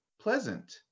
pleasant